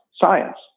science